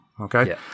okay